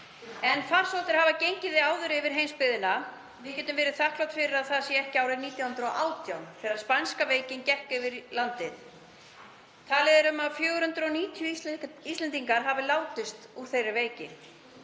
En farsóttir hafa áður gengið yfir heimsbyggðina. Við getum verið þakklát fyrir að það sé ekki árið 1918 þegar spænska veikin gekk yfir landið. Talið er að um 490 Íslendingar hafi látist úr þeirri veiki.